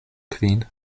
kvin